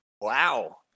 Wow